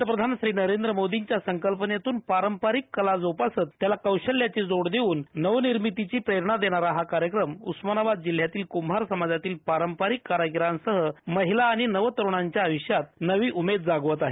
पंतप्रधान नरेंद्र मोदीच्या संकल्पनेतून पारंपारीक कला जोपासत त्याला कौशल्याची जोड देऊन नव निर्मितीची प्रेरणा देणारा हा कार्यक्रम उस्मानाबाद जिल्ह्यातील क्ंभार समाजातील पारंपारीक कारागीरासह महिला आणि नव तरूणाच्या आयूष्यात नवि उमेद जागवत आहे